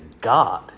God